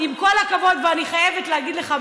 עם כל הכבוד, ואני חייבת להגיד לך משהו: